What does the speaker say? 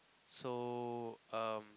so um